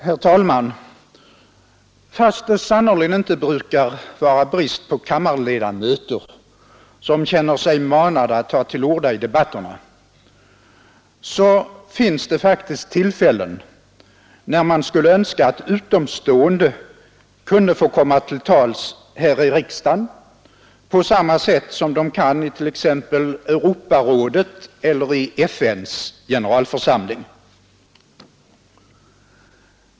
Herr talman! Fast det sannerligen inte brukar vara brist på kammarledamöter, som känner sig manade att ta till orda i debatterna, så finns det faktiskt tillfällen, när man skulle önska att utomstående kunde få komma till tals här i riksdagen på samma sätt som de kan t.ex. i Europarådet eller i FN:s generalförsamling.